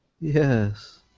yes